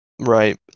right